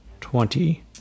Twenty